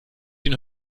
den